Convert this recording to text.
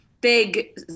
Big